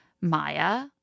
maya